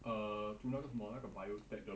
err 读那个什么那个 biotech 的